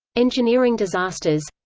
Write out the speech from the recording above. engineering disasters